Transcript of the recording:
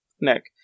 Nick